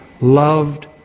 loved